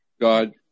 God